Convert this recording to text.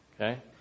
Okay